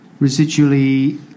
residually